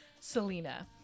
Selena